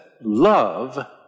love